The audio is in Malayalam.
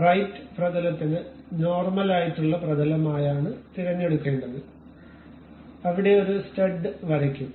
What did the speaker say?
റൈറ്റ് പ്രതലത്തിനു നോർമലായിട്ടുള്ള പ്രതലമായാണ് തിരഞ്ഞെടുക്കേണ്ടത്അവിടെ ഒരു സ്റ്റഡ് വരയ്ക്കും